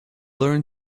learn